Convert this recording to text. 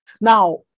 Now